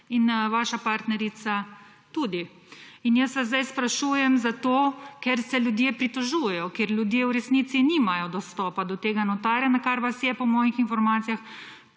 in vaša partnerica tudi. Zdaj vas sprašujem zato, ker se ljudje pritožujejo, ker ljudje v resnici nimajo dostopa do tega notarja, na kar vas je po mojih informacijah